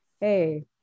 Hey